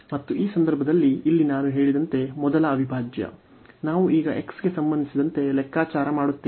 ಮತ್ತು ಈ ಸಂದರ್ಭದಲ್ಲಿ ಇಲ್ಲಿ ನಾನು ಹೇಳಿದಂತೆ ಮೊದಲ ಅವಿಭಾಜ್ಯ ನಾವು ಈಗ x ಗೆ ಸಂಬಂಧಿಸಿದಂತೆ ಲೆಕ್ಕಾಚಾರ ಮಾಡುತ್ತೇವೆ